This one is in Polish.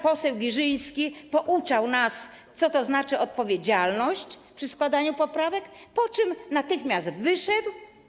poseł Girzyński pouczał nas, co to znaczy odpowiedzialność przy składaniu poprawek, po czym natychmiast wyszedł.